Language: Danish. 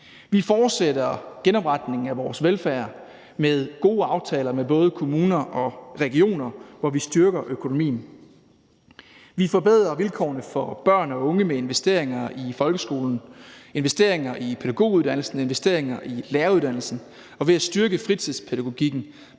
Vi fortsætter genopretningen af vores velfærd med gode aftaler med både kommuner og regioner, hvor vi styrker økonomien. Vi forbedrer vilkårene for børn og unge med investeringer i folkeskolen, investeringer i pædagoguddannelsen, investeringer i læreruddannelsen og ved at styrke fritidspædagogikken